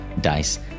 Dice